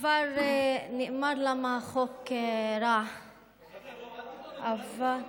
כבר נאמר למה החוק רע, אבל,